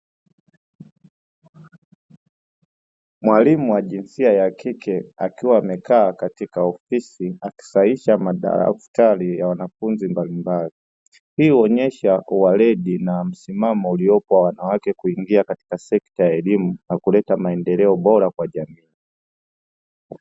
Mwalimu wa jinsia ya kike akiwa amekaa katika ofisi akisahihisha madaftari ya wanafunzi mbalimbali, hii uonesha uwaledi na msimamo uliopo wa wanawake kuingia katika sekta ya elimu na kuleta maendeleo bora Kwa jamii.